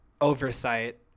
oversight